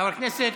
חבר הכנסת